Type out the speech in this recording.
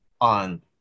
on